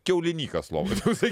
kiaulinykas lovoj toksai